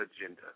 agenda